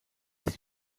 sich